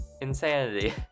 insanity